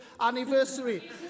anniversary